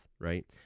right